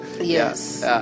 yes